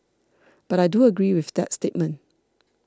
but I do agree with that statement